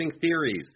theories